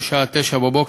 בשעה 09:00,